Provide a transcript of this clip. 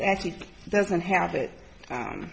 actually doesn't have it